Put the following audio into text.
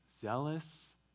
zealous